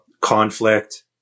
conflict